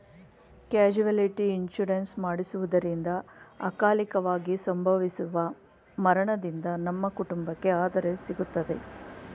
casualty insurance ಮಾಡಿಸುವುದರಿಂದ ಅಕಾಲಿಕವಾಗಿ ಸಂಭವಿಸುವ ಮರಣದಿಂದ ನಮ್ಮ ಕುಟುಂಬಕ್ಕೆ ಆದರೆ ಸಿಗುತ್ತದೆ